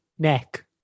neck